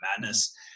madness